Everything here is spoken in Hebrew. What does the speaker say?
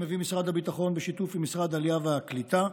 שמביא משרד הביטחון בשיתוף עם משרד העלייה והקליטה,